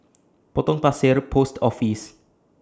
Potong Pasir Post Office